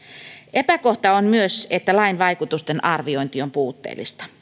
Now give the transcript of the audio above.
epäkohta on myös se että lain vaikutusten arviointi on puutteellista